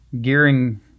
gearing